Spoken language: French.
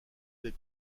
des